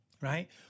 right